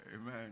Amen